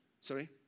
sorry